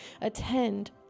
attend